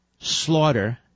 slaughter